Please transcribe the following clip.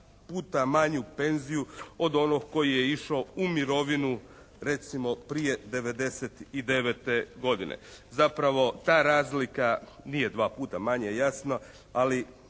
puta manju penziju od onog koji je išao u mirovinu recimo prije 1999. godine. Zapravo ta razlika nije dva puta manje je jasno, ali